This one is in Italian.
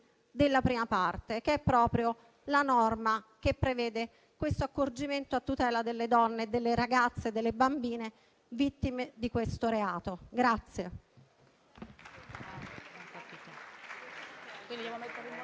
della prima parte, che reca proprio la norma che prevede questo accorgimento a tutela delle donne, delle ragazze e delle bambine vittime di questo reato.